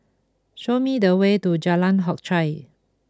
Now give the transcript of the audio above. show me the way to Jalan Hock Chye